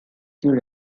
for